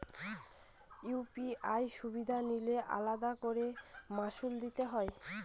UPI সুবিধা নিলে আলাদা করে মাসুল দিতে হয়?